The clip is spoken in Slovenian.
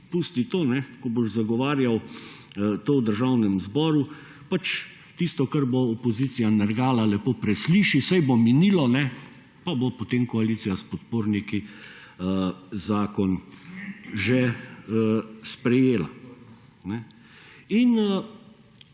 pusti to, ko boš zagovarjal to v Državnem zboru pač tisto, kar bo opozicija nergala lepo presliši, saj bo minilo pa bo, potem koalicija s podporniki zakon že sprejela.